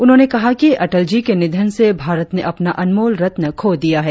उन्होंने कहा कि अटल जी के निधन से भारत ने अपना अनमोल रत्न खो दिया है